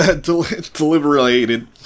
Deliberated